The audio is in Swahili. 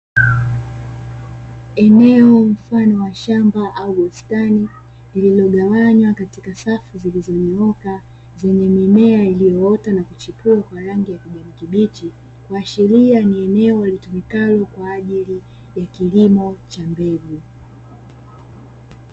Eneo mfano wa shamba au bustani , lililogawanywa katika safu zilizonyooka zenye mimea iliyoota na kuchipua kwa rangi ya kijani kibichi, kuashiria ni eneo litumikalo kwa ajili ya kilimo cha mbegu.